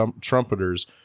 trumpeters